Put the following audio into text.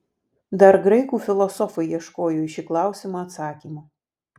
dar graikų filosofai ieškojo į šį klausimą atsakymo